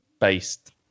based